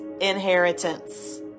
inheritance